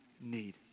need